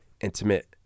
intimate